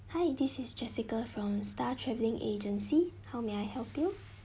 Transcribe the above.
hi this is jessica from star travelling agency how may I help you